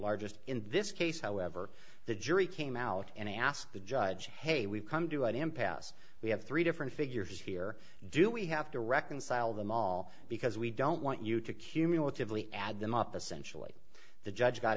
largest in this case however the jury came out and asked the judge hey we've come to an impasse we have three different figures here do we have to reconcile them all because we don't want you to cumulatively add them up essentially the judge got